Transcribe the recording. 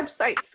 website's